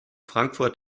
frankfurt